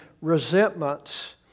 resentments